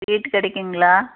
sweet கிடைக்குங்களா